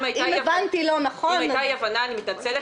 אם הבנתי לא נכון --- אם הייתה אי הבנה אני מתנצלת.